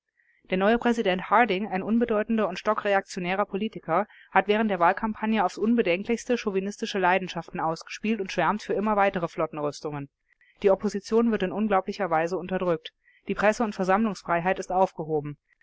der neue präsident harding ein unbedeutender und stockreaktionärer politiker hat während der wahlkampagne aufs unbedenklichste chauvinistische leidenschaften ausgespielt und schwärmt für immer weitere flottenrüstungen die opposition wird in unglaublicher weise unterdrückt die presse und versammlungsfreiheit ist aufgehoben